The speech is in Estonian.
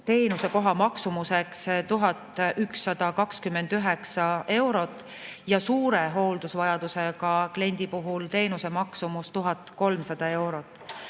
teenusekoha maksumuseks 1129 eurot ja suure hooldusvajadusega kliendi puhul on teenuse maksumus 1300 eurot.